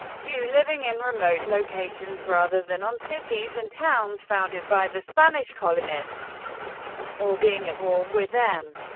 due living in remote locations rather than on cities and towns founded by the spanish colonists or being at war with them.